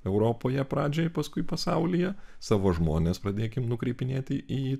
europoje pradžiai paskui pasaulyje savo žmones padėkim nukreipinėti į